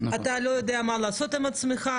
אתה לא יודע מה לעשות עם עצמך.